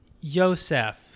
Yosef